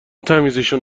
تمیزشون